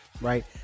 right